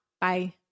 Bye